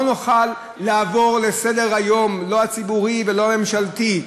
לא נוכל לעבור לסדר-היום, לא הציבורי ולא הממשלתי,